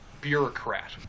bureaucrat